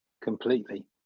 completely